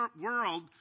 world